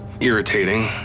irritating